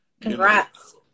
congrats